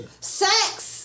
Sex